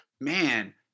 man